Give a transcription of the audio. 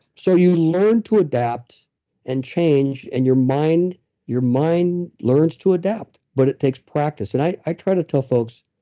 so, you learn to adapt and change, and your mind your mind learns to adapt, but it takes practice. and i i try to tell folks,